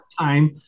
time